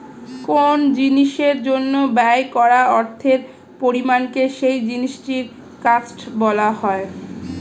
কোন জিনিসের জন্য ব্যয় করা অর্থের পরিমাণকে সেই জিনিসটির কস্ট বলা হয়